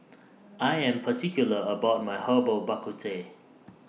I Am particular about My Herbal Bak Ku Teh